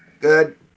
good